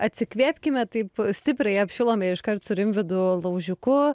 atsikvėpkime taip stipriai apšilome iškart su rimvydu laužiku